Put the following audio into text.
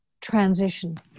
transition